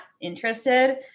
interested